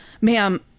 ma'am